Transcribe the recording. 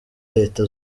reta